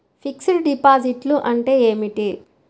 Fixed డిపాజిట్లు అంటే ఏమిటి?